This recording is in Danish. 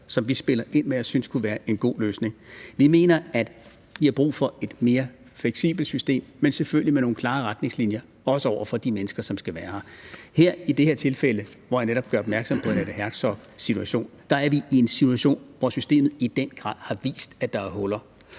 som vi spiller ind med og synes kunne være en god løsning. Vi mener, at vi har brug for et mere fleksibelt system, men selvfølgelig med nogle klare retningslinjer, også over for de mennesker, som skal være her. I det her tilfælde, hvor jeg netop gør opmærksom på Annette Herzogs situation, er vi i en situation, hvor systemet i den grad har vist, at der er huller.